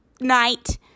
night